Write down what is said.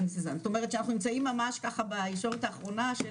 זאת אומרת שאנחנו נמצאים ככה בישורת האחרונה.